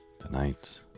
tonight